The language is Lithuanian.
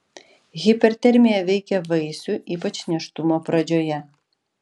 hipertermija veikia vaisių ypač nėštumo pradžioje